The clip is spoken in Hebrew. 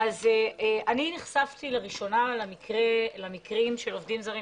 אני נחשפתי לראשונה למקרים של עובדים זרים.